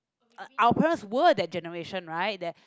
uh our parents were that generations right they